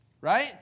right